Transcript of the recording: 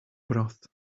broth